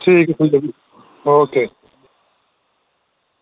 ठीक ऐ ओके